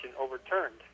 overturned